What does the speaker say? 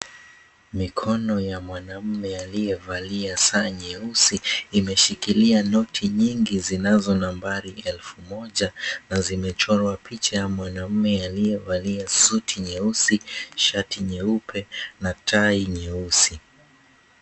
Mikono ya mwanaume aliyevalia saa nyeusi imeshikilia noti nyingi zinazo nambari elfu moja na zimechorwa picha ya mwanaume aliyevalia suti nyeusi, shati nyeupe na tai neyusi.